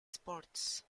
sports